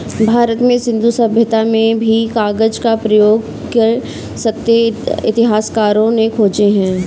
भारत में सिन्धु सभ्यता में भी कागज के प्रयोग के संकेत इतिहासकारों ने खोजे हैं